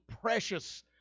precious